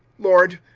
lord,